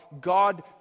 God